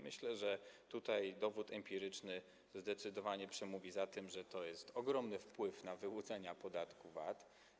Myślę, że tutaj dowód empiryczny zdecydowanie przemówi za tym, że ma to ogromny wpływ na wyłudzenia podatku VAT.